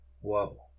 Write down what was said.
whoa